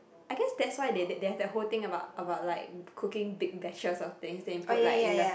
I guess that's why they they have whole thing about about like cooking big bashes of thing then put like in the